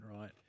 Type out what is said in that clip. right